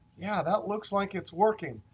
yeah that looks like it's working.